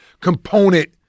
component